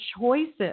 choices